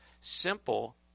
Simple